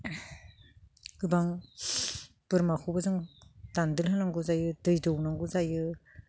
गोबां बोरमाखौबो जों दानदेरनांगौ जायो दै दौनांगौ जायो